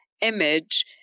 image